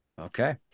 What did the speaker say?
Okay